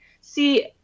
see